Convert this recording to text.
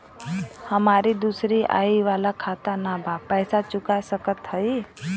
हमारी दूसरी आई वाला खाता ना बा पैसा चुका सकत हई?